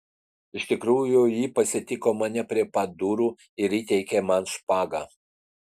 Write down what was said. iš tikrųjų ji pasitiko mane prie pat durų ir įteikė man špagą